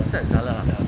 set as seller ha